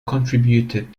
contributed